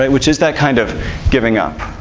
which is that kind of giving up.